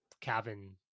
cabin